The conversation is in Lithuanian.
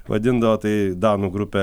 vadindavo tai danų grupė